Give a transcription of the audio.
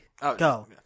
Go